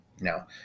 Now